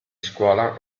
scuola